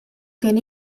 kien